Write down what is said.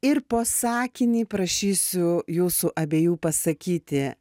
ir po sakinį prašysiu jūsų abiejų pasakyti